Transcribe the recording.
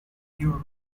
europe